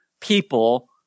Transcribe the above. people